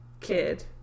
kid